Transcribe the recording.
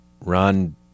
Ron